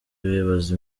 bibaza